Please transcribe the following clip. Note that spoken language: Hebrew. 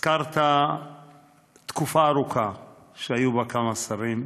הזכרת תקופה ארוכה שהיו בה כמה שרים,